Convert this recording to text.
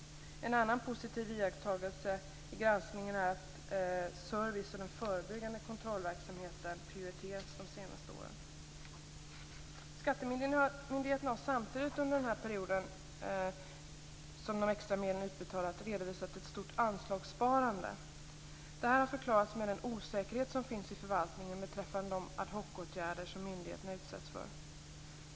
Skattemyndigheterna har under den period som de extra medlen utbetalats också redovisat ett stort anslagssparande. Det har förklarats med den osäkerhet som finns i förvaltningen beträffande de ad hocåtgärder som myndigheterna utsätts för.